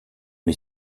est